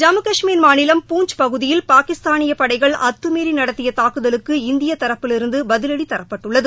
ஜம்மு கஷ்மீர் மாநிலம் பூஞ்ச் பகுதியில் பாகிஸ்தானிய படைகள் அத்தமீறி நடத்திய தாக்குதலுக்கு இந்திய தரப்பிலிருந்து பதிலடி தரப்பட்டுள்ளது